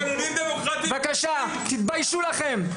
--- בכלים דמוקרטיים --- תתביישו לכם.